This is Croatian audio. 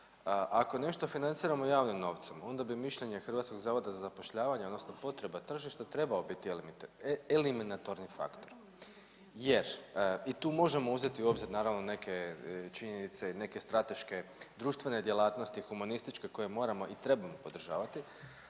ako nešto financiramo javnim novcem onda bi mišljenje Hrvatskog zavoda za zapošljavanje odnosno potreba tržišta trebao biti eliminatorni faktor jer i tu možemo uzeti u obzir naravno neke činjenice, neke strateške društvene djelatnosti, humanističke koje moramo i trebamo podržavati.